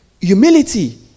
Humility